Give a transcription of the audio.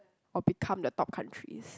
or become the top countries